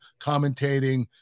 commentating